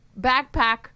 backpack